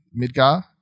Midgar